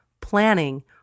planning